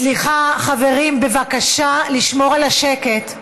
סליחה, חברים, בבקשה, לשמור על השקט.